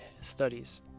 studies